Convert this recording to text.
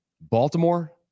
Baltimore